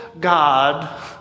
God